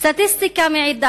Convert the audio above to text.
סטטיסטיקה מעידה